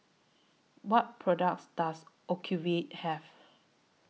What products Does Ocuvite Have